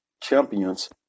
champions